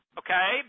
okay